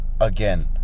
again